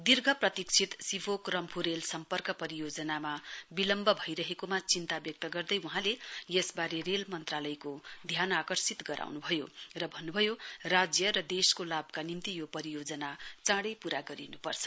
दीर्घ प्रतिक्षित सिभोक रम्फू रेल सम्पर्क परियोजनामा विलम्ब भइरहेको चिन्ता व्यक्त गर्दै वहाँले यसबारे रेल मन्त्रालयको ध्यान आकर्षित गराउनु भयो र भन्नुभयो राज्य र देशको लाभका निम्ति यो परियोजना चाँडै पूरा गर्न गरिनुपर्छ